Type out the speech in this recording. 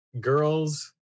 girls